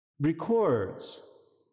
records